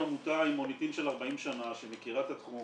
עמותה עם מוניטין של 40 שנה שמכירה את התחום,